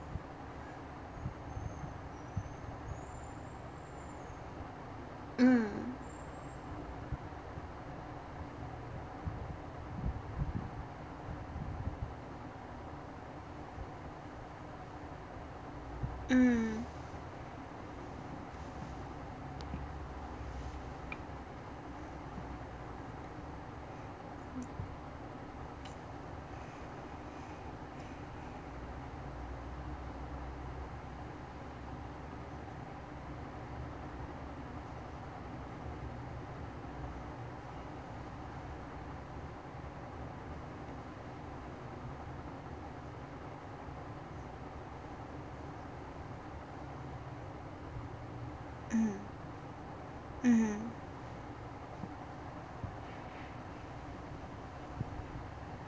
mm mm mm mmhmm